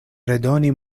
redoni